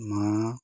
ମାଆ